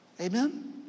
Amen